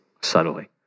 subtly